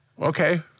Okay